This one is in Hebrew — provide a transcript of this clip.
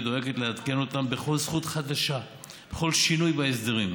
ודואגת לעדכן אותם בכל זכות חדשה ובכל שינוי בהסדרים,